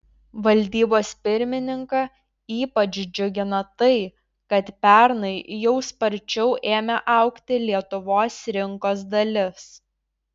valdybos pirmininką ypač džiugina tai kad pernai jau sparčiau ėmė augti lietuvos rinkos dalis